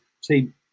team